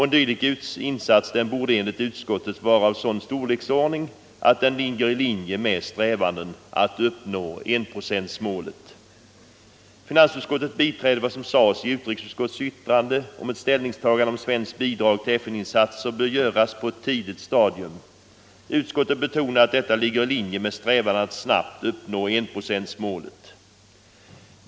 En sådan insats bör enligt utskottet vara av sådan storleksordning att den ligger i linje med strävandena att uppnå enprocentsmålet." Finansutskottet biträdde vad som sades i utrikesutskottets yttrande om att ställningstagandet till ett svenskt bidrag till FN-insatser bör göras på ett tidigt stadium. Utskottet betonade att detta ligger i linje med strävan att snabbt uppnå enprocentsmålet.